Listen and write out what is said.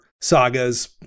sagas